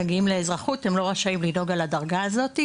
מגיעים לאזרחות והם לא רשאים לנהוג על הדרגה הזאת,